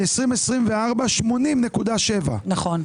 ל-2024 את מבקשת 80.7. נכון.